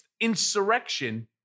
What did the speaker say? insurrection